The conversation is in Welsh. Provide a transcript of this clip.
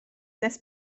nes